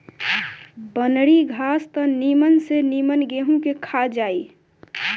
बनरी घास त निमन से निमन गेंहू के खा जाई